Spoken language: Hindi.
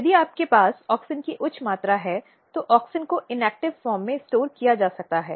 यदि आपके पास ऑक्सिन की उच्च मात्रा है तो ऑक्सिन को निष्क्रिय रूप में संग्रहीत किया जा सकता है